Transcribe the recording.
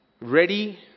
ready